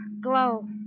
glow